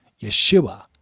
Yeshua